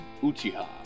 Uchiha